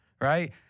right